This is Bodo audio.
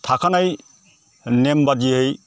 थाखानाय नेम बादियै